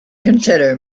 consider